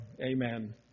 Amen